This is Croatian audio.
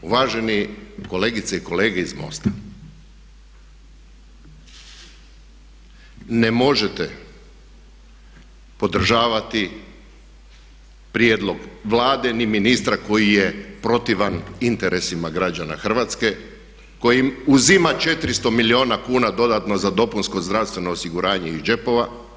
Uvaženi kolegice i kolege iz MOST-a, ne možete podržavati prijedlog Vlade ni ministra koji je protivan interesima građane Hrvatske koji im uzima 400 milijuna kuna dodatno za dopunsko zdravstveno osiguranje iz džepova.